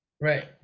Right